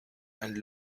and